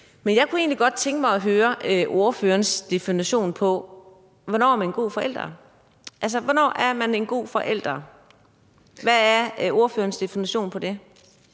Men jeg kunne egentlig godt tænke mig at høre ordførerens definition på, hvornår man er en god forælder. Altså, hvornår er man en